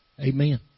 Amen